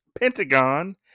Pentagon